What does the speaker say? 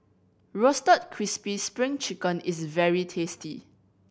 Roasted Crispy Spring Chicken is very tasty